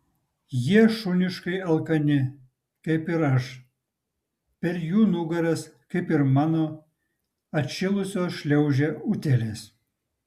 jie šuniškai alkani kaip ir aš per jų nugaras kaip ir mano atšilusios šliaužia utėlės